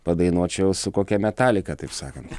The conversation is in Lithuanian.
padainuočiau su kokia metalika taip sakant